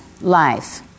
life